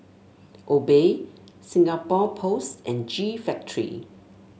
Obey Singapore Post and G Factory